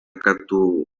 katu